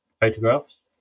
photographs